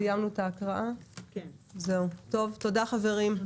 תודה חברים.